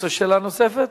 רוצה שאלה נוספת?